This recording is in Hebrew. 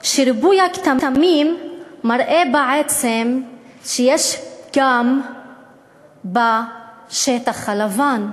שריבוי הכתמים מראה בעצם שיש גם בשטח הלבן,